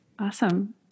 Awesome